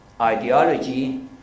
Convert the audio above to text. ideology